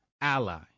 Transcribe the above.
ally